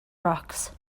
rocks